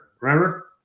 remember